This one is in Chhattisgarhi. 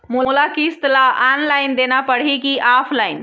मोला किस्त ला ऑनलाइन देना पड़ही की ऑफलाइन?